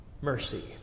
Mercy